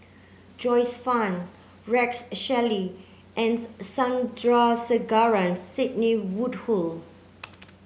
Joyce Fan Rex Shelley and Sandrasegaran Sidney Woodhull